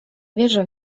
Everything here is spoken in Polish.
wierzę